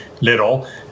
little